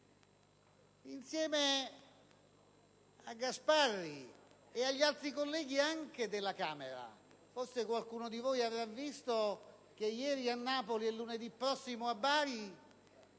Insieme a Gasparri e agli altri colleghi anche della Camera forse qualcuno di voi avrà visto che ieri a Napoli (e lunedì prossimo a Bari)